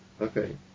Okay